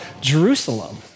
Jerusalem